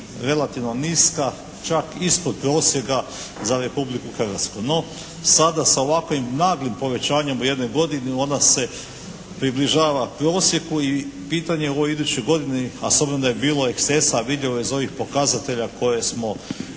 relativno niska, čak ispod prosjeka za Republiku Hrvatsku. No sada sa ovakvim naglim povećanjem u jednoj godini ona se približava prosjeku i pitanje je u idućoj godini, a s obzirom da je bilo ekscesa, a vidljivo je iz ovih pokazatelja koje smo ovdje